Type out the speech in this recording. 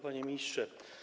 Panie Ministrze!